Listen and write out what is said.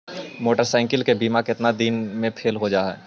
Motorcycle के बिमा केतना दिन मे फेल हो जा है?